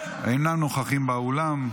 אינם נוכחים באולם.